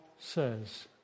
says